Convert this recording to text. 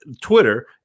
Twitter